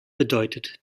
bedeutet